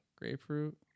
grapefruit